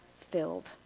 filled